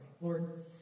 Lord